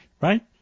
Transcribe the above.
right